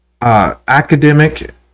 academic